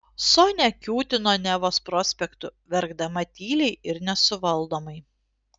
sonia kiūtino nevos prospektu verkdama tyliai ir nesuvaldomai